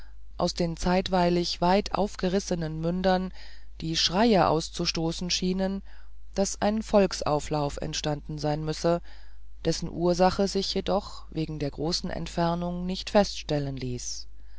aus den zeitweilig weit aufgerissenen mündern die schreie auszustoßen schienen daß ein volksauflauf entstanden sein müsse dessen ursache sich jedoch wegen der großen entfernung nicht feststellen ließ